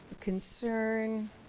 concern